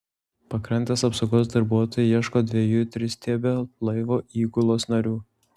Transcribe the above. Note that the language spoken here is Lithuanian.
pakrantės apsaugos darbuotojai ieško dviejų tristiebio laivo įgulos narių